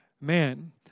Man